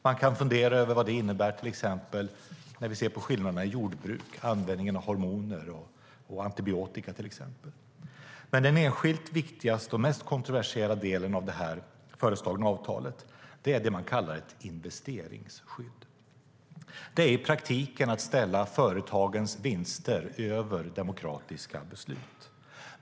Man kan funder över vad det innebär, till exempel för skillnaderna i jordbruk, för användningen av hormoner och antibiotika. Den enskilt viktigaste och mest kontroversiella delen av det föreslagna avtalet är dock det som man kallar för ett investeringsskydd. Det innebär i praktiken att ställa företagens vinster över demokratiska beslut.